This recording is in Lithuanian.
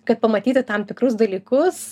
kad pamatyti tam tikrus dalykus